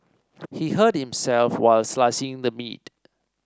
he hurt himself while slicing the meat